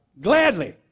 gladly